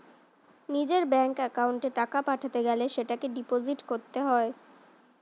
নিজের ব্যাঙ্ক অ্যাকাউন্টে টাকা পাঠাতে গেলে সেটাকে ডিপোজিট করতে হয়